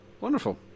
Wonderful